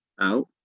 out